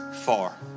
far